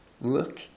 look